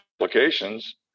applications